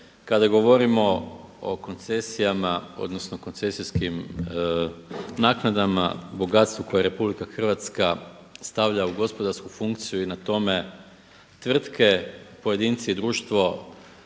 Kada govorimo o koncesijama, odnosno koncesijskim naknadama, bogatstvu koje RH stavlja u gospodarsku funkciju i na tome tvrtke, pojedinci i društvo